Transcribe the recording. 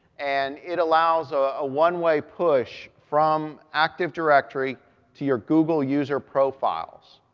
and it allows a one-way push from active directory to your google user profiles.